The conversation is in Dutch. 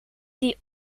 die